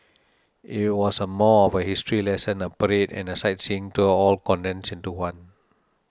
it was a more of a history lesson a parade and a sightseeing tour all condensed into one